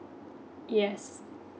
yes